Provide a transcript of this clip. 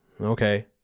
Okay